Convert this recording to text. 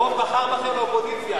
הרוב בחר בכם לאופוזיציה.